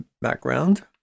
background